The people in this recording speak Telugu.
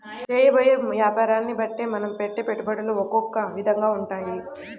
చేయబోయే యాపారాన్ని బట్టే మనం పెట్టే పెట్టుబడులు ఒకొక్క విధంగా ఉంటాయి